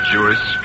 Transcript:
Jewish